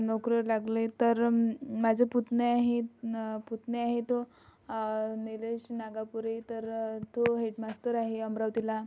नोकरीवर लागलेत तर माझे पुतणे आहेत पुतणे आहे तो नीलेश नागापुरे तर तो हेडमास्टर आहे अमरावतीला